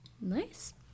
Nice